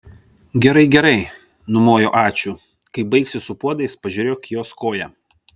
gerai gerai numojo ačiū kai baigsi su puodais pažiūrėk jos koją